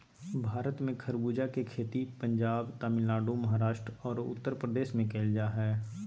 भारत में खरबूजा के खेती पंजाब, तमिलनाडु, महाराष्ट्र आरो उत्तरप्रदेश में कैल जा हई